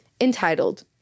entitled